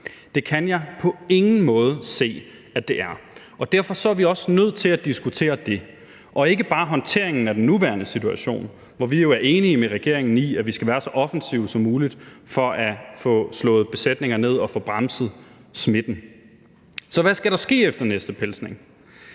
Det kan jeg på ingen måde se at det er, og derfor er vi også nødt til at diskutere det og ikke bare håndteringen af den nuværende situation, hvor vi jo er enige med regeringen i, at vi skal være så offensive som muligt for at få slået besætninger ned og få bremset smitten. Så hvad skal der ske efter næste pelsning?